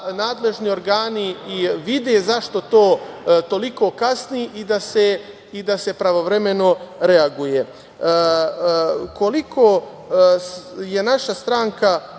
vide zašto to toliko kasni i da se pravovremeno reaguje. Koliko naša stranka